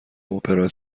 اپرا